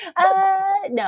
no